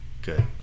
Good